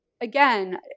again